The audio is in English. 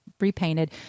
repainted